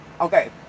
Okay